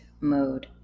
mode